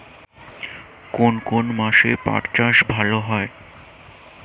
কোন কোন মাসে পাট চাষ ভালো হয়?